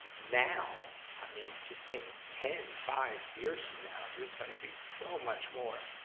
now, i mean, just think, ten, five years from now there's gonna be so much more,